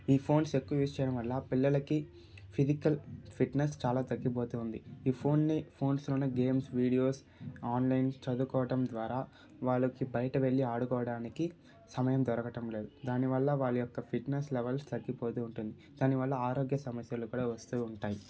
ఈ ఫోన్స్ ఎక్కువ యూస్ చేయడం వల్ల పిల్లలకి ఫిజికల్ ఫిట్నెస్ చాలా తగ్గిపోతు ఉంది ఈ ఫోన్ని ఫోన్స్లోనే గేమ్స్ వీడియోస్ ఆన్లైన్ చదువుకోవడం ద్వారా వాళ్ళకి బయట వెళ్ళి ఆడుకోవడానికి సమయం దొరకడం లేదు దానివల్ల వాళ్ళ యొక్క ఫిట్నెస్ లెవెల్ తగ్గిపోతు ఉంటుంది దానివల్ల ఆరోగ్య సమస్యలు కూడా వస్తు ఉంటాయి